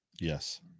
Yes